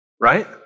right